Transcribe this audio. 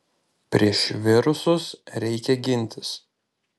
prieš virusus reikia gintis